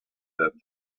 that